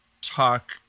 talk